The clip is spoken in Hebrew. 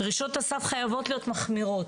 דרישות הסף חייבות להיות מחמירות,